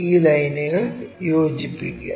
ഈ ലൈനുകൾ യോജിപ്പിക്കുക